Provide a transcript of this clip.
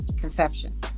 conception